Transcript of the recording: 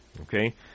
okay